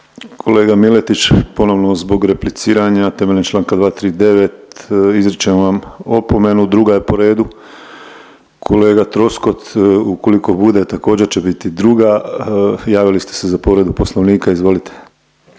Kolega Miletić, ponovno zbog repliciranja temeljem čl. 239. izričem vam opomenu, druga je po redu. Kolega Troskot ukoliko bude također će biti druga, javili ste se za povredu Poslovnika, izvolite.